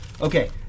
Okay